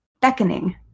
beckoning